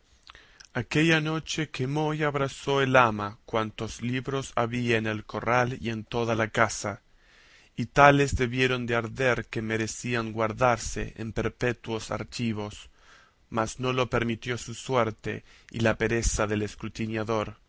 aquella noche quemó y abrasó el ama cuantos libros había en el corral y en toda la casa y tales debieron de arder que merecían guardarse en perpetuos archivos mas no lo permitió su suerte y la pereza del escrutiñador y